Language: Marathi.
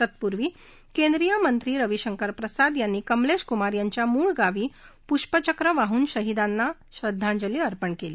तत्पूर्वी केंद्रीय मत्री रवी शंकर प्रसाद यांनी कमलधी कुमार यांच्या मुळ गावी पुष्पचक्र वाहून शहीदांना श्रद्वाजंली अपर्ण कली